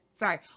Sorry